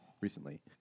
recently